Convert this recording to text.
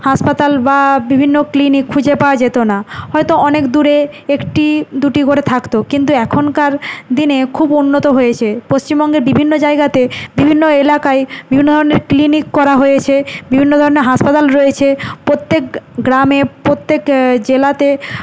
হাসপাতাল বা বিভিন্ন ক্লিনিক খুঁজে পাওয়া যেত না হয়তো অনেক দূরে একটি দুটি করে থাকত কিন্তু এখনকার দিনে খুব উন্নত হয়েছে পশ্চিমবঙ্গের বিভিন্ন জায়গাতে বিভিন্ন এলাকায় বিভিন্ন ধরনের ক্লিনিক করা হয়েছে বিভিন্ন ধরনের হাসপাতাল রয়েছে প্রত্যেক গ্রামে প্রত্যেক জেলাতে